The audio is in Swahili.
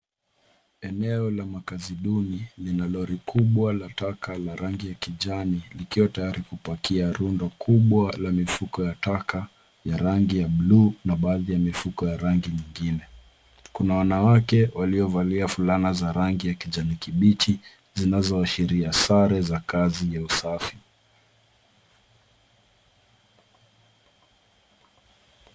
Eneo la makazi duni lina lori kubwa la taka la rangi ya kijani likiwa tayari kupakia rundo kubwa la mifuko ya taka ya rangi ya buluu na baadhi ya mifuko ya rangi nyingine. Kuna wanawake waliovalia fulana za rangi ya kijani kibichi zinazoashiria sare za kazi ya usafi.